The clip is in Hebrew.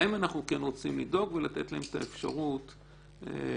להם אנחנו כן רוצים לדאוג ולתת להם את האפשרות להצביע.